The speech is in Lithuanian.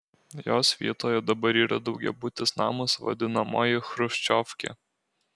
jos vietoje dabar yra daugiabutis namas vadinamoji chruščiovkė